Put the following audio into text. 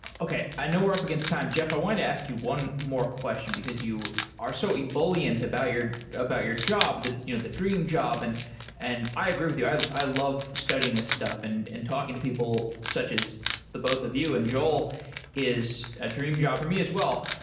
okay. i know we're up against time. jeff, i wanted to ask you one more question because you are so ebullient about your about your job, the you know the dream job, and and i agree with you. i i love studying this stuff and and talking to people such as the both of you and joel is a dream job for me as well.